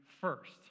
first